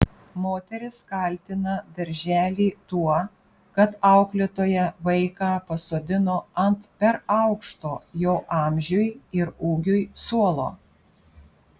moteris kaltina darželį tuo kad auklėtoja vaiką pasodino ant per aukšto jo amžiui ir ūgiui suolo